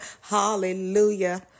Hallelujah